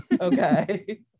Okay